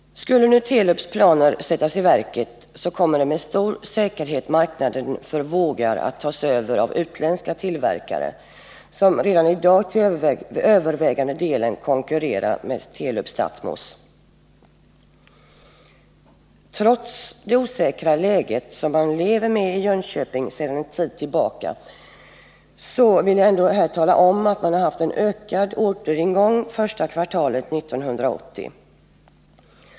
Skulle nu Telubs planer sättas i verket, kommer med stor säkerhet marknaden för vågar att tas över av utländska tillverkare, som redan i dag till övervägande del konkurrerar med Telub-Stathmos. Jag kan tala om att man i Jönköping, trots den osäkra situation som man en tid tillbaka lever med, har haft en ökning av orderingången under första kvartalet 1980.